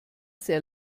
sehr